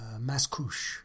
Mascouche